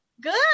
Good